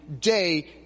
day